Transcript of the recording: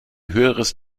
höheres